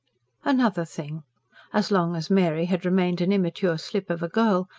another thing as long as mary had remained an immature slip of a girl,